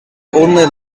only